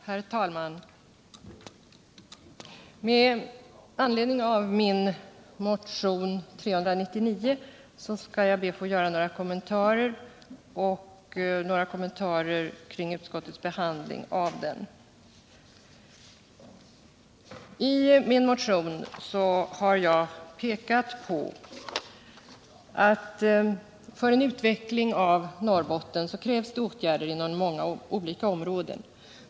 Herr talman! Jag skall be att få göra några kommentarer till min motion 399 och till utskottets behandling av den. I min motion har jag pekat på att för en utveckling i Norrbotten krävs det åtgärder inom många olika områden.